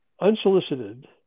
unsolicited